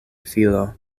filo